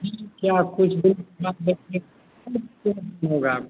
क्या कुछ भी होगा